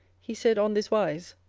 he said on this wise,